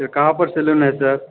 फिर कहाँ पर सैलून है सर